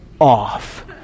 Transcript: off